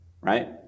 right